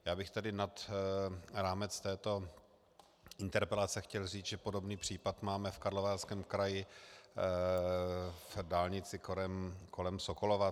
Já bych tedy nad rámec této interpelace chtěl říct, že podobný případ máme v Karlovarském kraji, v dálnici kolem Sokolova.